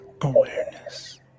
awareness